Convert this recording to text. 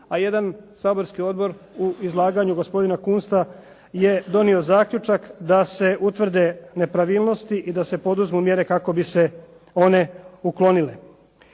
a jedan saborski odbor u izlaganju gospodina Kunsta je donio zaključak da se utvrde nepravilnosti i da se poduzmu mjere kako bi se one uklonile.